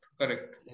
correct